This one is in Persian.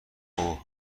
اوه